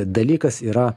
dalykas yra